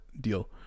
deal